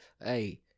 Hey